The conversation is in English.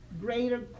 greater